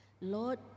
lord